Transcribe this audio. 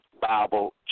Bible